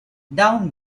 down